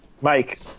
mike